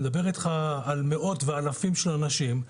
אני מדבר איתך על מאות ועל אלפים של אנשים.